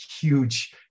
huge